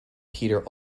peter